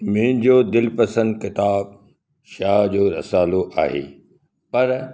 मुंहिंजो दिलि पसंदि किताबु शाह जो रसालो आहे पर